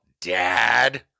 Dad